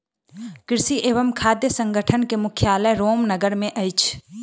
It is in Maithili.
कृषि एवं खाद्य संगठन के मुख्यालय रोम नगर मे अछि